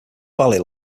valley